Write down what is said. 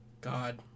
God